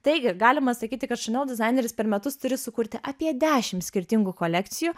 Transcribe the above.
taigi galima sakyti kad šanel dizaineris per metus turi sukurti apie dešimt skirtingų kolekcijų